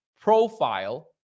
profile